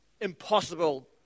impossible